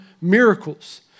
miracles